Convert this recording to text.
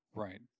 Right